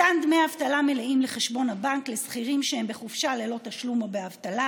מתן דמי אבטלה מלאים לחשבון הבנק לשכירים שהם בחופשה ללא תשלום או באבטלה